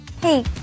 Hey